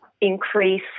increase